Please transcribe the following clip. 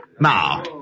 now